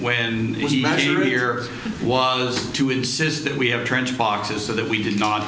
when he here was to insist that we have trench boxes so that we did not